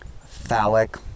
phallic